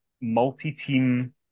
multi-team